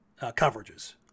coverages